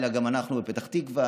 בלילה גם אנחנו בפתח תקווה,